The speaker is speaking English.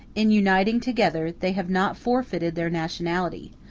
in uniting together, they have not forfeited their nationality,